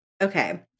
Okay